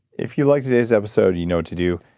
if you liked today's episode, you know, to do.